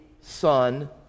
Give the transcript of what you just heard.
son